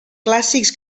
clàssics